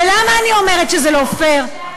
ולמה אני אומרת שזה לא פייר?